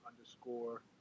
underscore